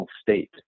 state